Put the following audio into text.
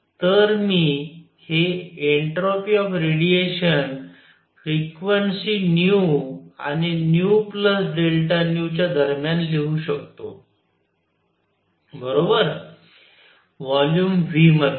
तर मी हे एंट्रोपि ऑफ रेडिएशन फ्रिक्वेन्सी आणि d च्या दरम्यान लिहू शकतो बरोबर व्हॉल्यूम V मध्ये